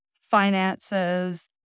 finances